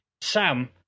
Sam